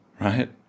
right